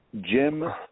Jim